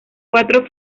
cuatro